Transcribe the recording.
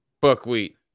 buckwheat